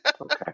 Okay